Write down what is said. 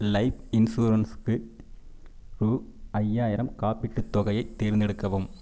life இன்சூரன்ஸுக்கு ரூ ஐயாயிரம் காப்பீட்டுத் தொகையை தேர்ந்தெடுக்கவும்